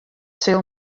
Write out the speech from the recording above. sil